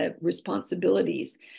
responsibilities